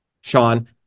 Sean